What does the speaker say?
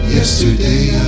Yesterday